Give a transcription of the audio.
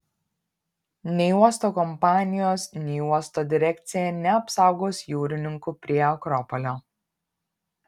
nei uosto kompanijos nei uosto direkcija neapsaugos jūrininkų prie akropolio